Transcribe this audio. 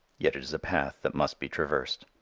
yet it is a path that must be traversed.